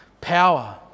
power